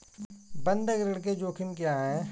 बंधक ऋण के जोखिम क्या हैं?